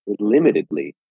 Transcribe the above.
limitedly